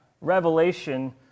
revelation